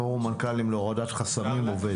פורום מנכ"לים להורדת חסמים עובד.